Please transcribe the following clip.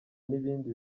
nibindi